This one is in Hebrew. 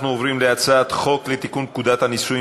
אנחנו עוברים להצעת חוק לתיקון פקודת הנישואין